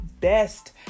best